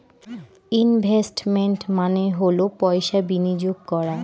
investment মানে হল পয়সা বিনিয়োগ করা